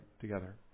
together